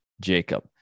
jacob